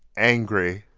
angry,